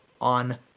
on